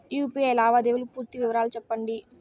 UPI లావాదేవీల పూర్తి వివరాలు సెప్పండి?